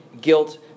guilt